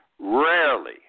Rarely